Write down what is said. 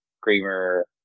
creamer